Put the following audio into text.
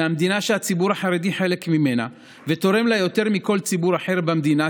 מהמדינה שהציבור החרדי חלק ממנה ותורם לה יותר מכל ציבור אחר במדינה.